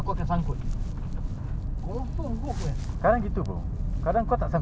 might be apa ni City Gas dia orang tak !alamak!